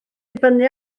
dibynnu